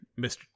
Mr